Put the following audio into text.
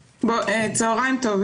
בין-עירוניים.